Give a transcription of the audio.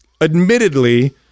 admittedly